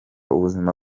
ubuzima